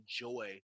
enjoy